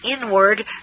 inward